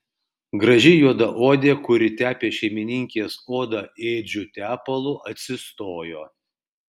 graži juodaodė kuri tepė šeimininkės odą ėdžiu tepalu atsistojo